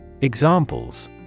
Examples